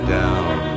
down